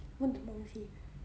问什么东西